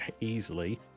easily